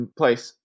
place